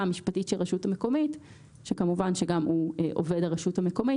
המשפטית של הרשות המקומית שכמובן שגם הוא עובד הרשות המקומית.